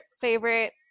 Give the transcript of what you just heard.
favorite